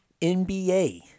NBA